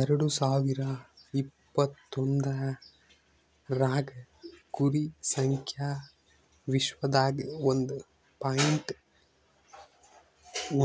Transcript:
ಎರಡು ಸಾವಿರ ಇಪತ್ತೊಂದರಾಗ್ ಕುರಿ ಸಂಖ್ಯಾ ವಿಶ್ವದಾಗ್ ಒಂದ್ ಪಾಯಿಂಟ್